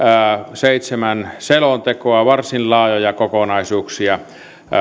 seitsemän selontekoa varsin laajoja kokonaisuuksia